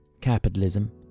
capitalism